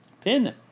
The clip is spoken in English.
Pin